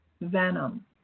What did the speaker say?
venom